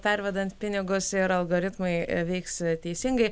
pervedant pinigus ir algoritmai veiks teisingai